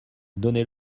donnez